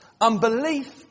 Unbelief